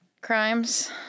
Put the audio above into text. crimes